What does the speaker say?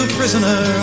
prisoner